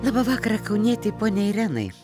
labą vakarą kaunietei poniai irenai